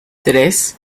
tres